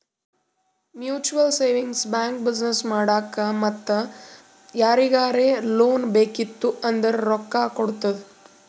mutual savings bank business ಮಾಡಾಕ್ ಮತ್ತ ಯಾರಿಗರೇ ಲೋನ್ ಬೇಕಿತ್ತು ಅಂದುರ್ ರೊಕ್ಕಾ ಕೊಡ್ತುದ್